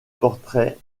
portraits